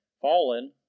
Fallen